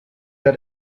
got